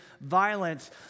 violence